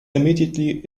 immediately